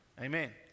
amen